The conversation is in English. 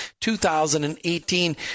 2018